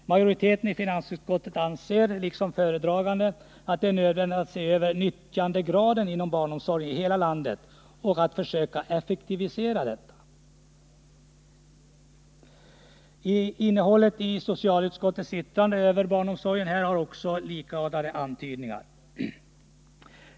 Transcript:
Majoriteten i finansutskottet anser, liksom föredraganden, att det är nödvändigt att se över nyttjandegraden inom barnomsorgen i hela landet och försöka effektivisera denna. Socialutskottets yttrande över barnomsorgen innehåller likartade antydningar.